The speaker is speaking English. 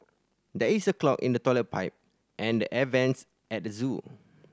there is a clog in the toilet pipe and the air vents at the zoo